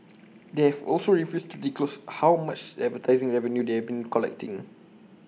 they have also refused to disclose how much advertising revenue they have been collecting